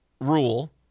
rule